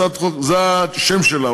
זה השם שלה,